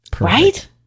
right